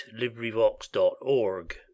LibriVox.org